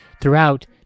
Throughout